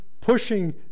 pushing